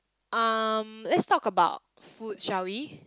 um let's talk about food shall we